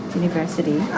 university